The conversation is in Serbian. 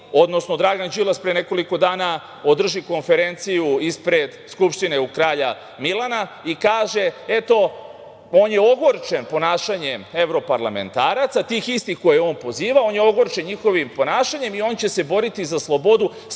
odnosno Dragan Đilas pre nekoliko dana održi konferenciju ispred Skupštine u Kralja Milana i kaže da je ogorčen ponašanjem evroparlamentaraca, tih istih koje je on pozivao, on je ogorčen njihovih ponašanjem i on će se boriti za slobodu svojim